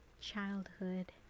childhood